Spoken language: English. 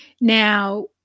Now